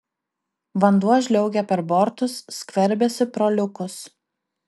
vanduo žliaugia per bortus skverbiasi pro liukus